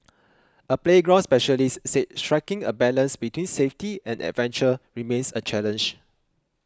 a playground specialist said striking a balance between safety and adventure remains a challenge